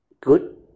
good